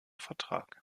vertrag